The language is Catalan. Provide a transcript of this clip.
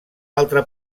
altre